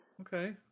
Okay